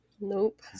Nope